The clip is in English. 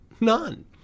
None